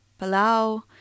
Palau